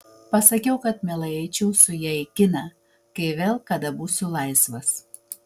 pasakiau kad mielai eičiau su ja į kiną kai vėl kada būsiu laisvas